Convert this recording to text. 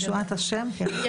ישועת השם כהרף עין.